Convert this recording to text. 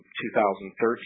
2013